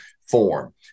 form